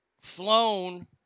flown